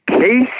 Case